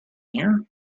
here